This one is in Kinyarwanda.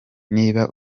niba